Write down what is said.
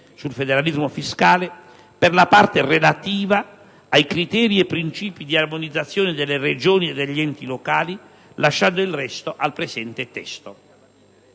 sul federalismo fiscale), per la parte relativa ai criteri e principi di armonizzazione delle Regioni e degli enti locali, lasciando il resto al presente testo.